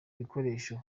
ibikoresho